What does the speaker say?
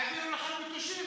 העבירו לכם מטושים,